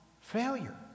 failure